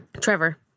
Trevor